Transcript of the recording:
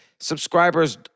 subscribers